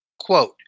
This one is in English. Quote